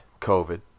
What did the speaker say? COVID